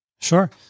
Sure